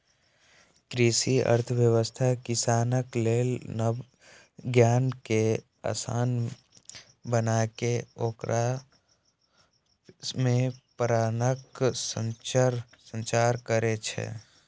कृषि अर्थशास्त्र किसानक लेल नव ज्ञान कें आसान बनाके ओकरा मे प्रेरणाक संचार करै छै